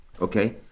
okay